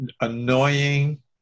annoying